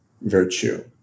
virtue